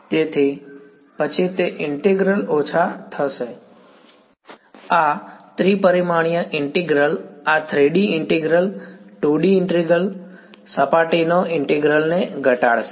તેથી પછી તે ઈન્ટિગ્રલ ઓછા થશે આ ત્રિ પરિમાણીય ઈન્ટિગ્રલ આ 3D ઈન્ટિગ્રલ 2D ઈન્ટિગ્રલ સપાટીનો ઈન્ટિગ્રલ ને ઘટાડશે